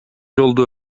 жолду